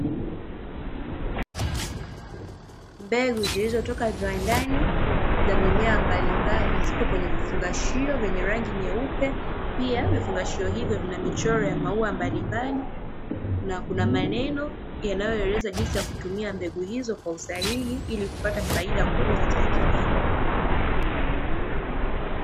Mbegu zilizotoka viwandani za mimea mbalimbali zipo kwenye vifungashio vyenye rangi nyeupe, pia vifungashio hivyo vina michoro ya maua mbalimbali na kuna maneno yanayoeleza jinsi ya kutumia mbegu hizo kwa usahihi ili kupata faida kubwa katika kilimo.